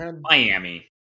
Miami